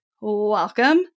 welcome